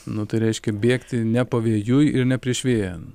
nu tai reiškia bėgti ne pavėjui ir ne prieš vėją